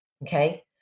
Okay